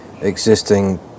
existing